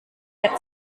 der